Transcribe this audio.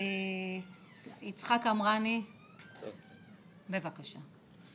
יצחק עמראני, בבקשה.